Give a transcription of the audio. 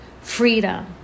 freedom